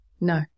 no